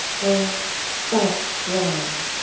or that's grand,